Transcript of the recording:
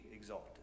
exalted